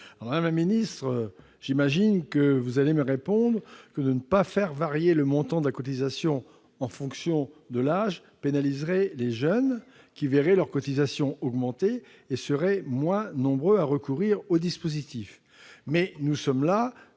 Madame la ministre, j'imagine que vous allez me répondre que ne pas faire varier le montant de la cotisation en fonction de l'âge pénaliserait les jeunes, qui verraient leurs cotisations augmenter et seraient moins nombreux à recourir au dispositif. Mais le présent